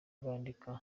bandika